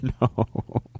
No